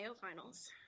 Finals